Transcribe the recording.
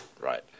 right